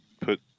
put